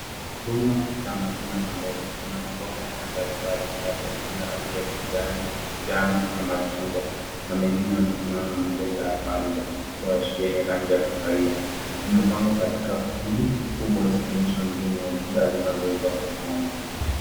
Rundo la matunda na mboga, kuna mamboga ya aina mbalimbali baadhi yakiwa na rangi ya kijani, njano na machungwa na mengine yanayofanana na mamboga ya kawaida yenye rangi ya kahawia. Yamepangwa katika kundi kubwa zikionyesha mvuno au bidhaa zinazouzwa sokoni.